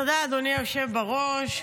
תודה, אדוני היושב בראש.